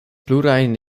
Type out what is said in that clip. plurajn